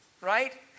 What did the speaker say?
right